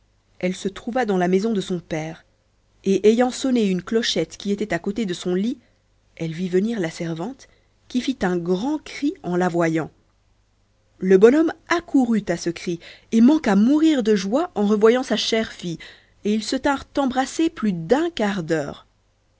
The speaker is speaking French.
elle se trouva dans la maison de son père et ayant sonné une clochette qui était à côté de son lit elle vit venir la servante qui fit un grand cri en la voyant le bon homme accourut à ce cri et manqua mourir de joie en revoyant sa chère fille et ils se tinrent embrassés plus d'un